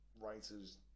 writers